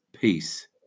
peace